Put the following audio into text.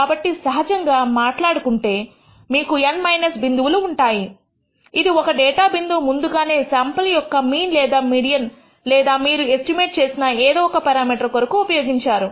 కాబట్టి సహజంగా మాట్లాడకుంటే మీకు N 1 బిందువులు ఉంటాయి ఇది ఒక డేటా బిందువును ముందుగానే శాంపుల్ యొక్క మీన్ లేదా మీడియన్ లేదా మీరు ఎస్టిమేట్ చేసిన ఏదో ఒక పెరామీటర్ కొరకు ఉపయోగించారు